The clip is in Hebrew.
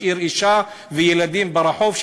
השאיר אישה וילדים ברחוב,